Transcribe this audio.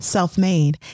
Self-Made